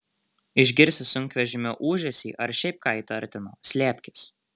išgirsi sunkvežimio ūžesį ar šiaip ką įtartino slėpkis